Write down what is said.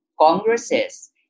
congresses